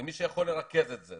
ומי שיכול לרכז את זה,